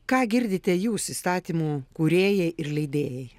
ką girdite jūs įstatymų kūrėjai ir leidėjai